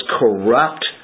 corrupt